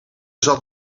zat